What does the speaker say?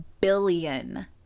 billion